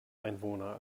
einwohner